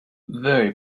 very